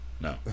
No